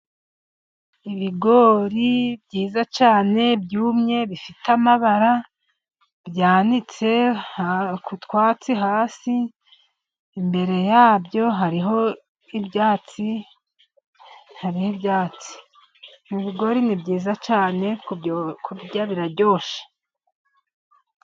Ibigori byiza cyane byumye bifite amabara, byanitse ku twatsi hasi imbere yabyo hariho ibyatsi , ibigori ni byiza cyane kubirya biraryoshye.